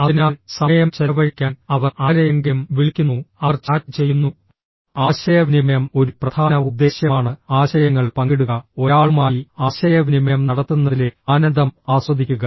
അതിനാൽ സമയം ചെലവഴിക്കാൻ അവർ ആരെയെങ്കിലും വിളിക്കുന്നു അവർ ചാറ്റ് ചെയ്യുന്നു ആശയവിനിമയം ഒരു പ്രധാന ഉദ്ദേശ്യമാണ് ആശയങ്ങൾ പങ്കിടുക ഒരാളുമായി ആശയവിനിമയം നടത്തുന്നതിലെ ആനന്ദം ആസ്വദിക്കുക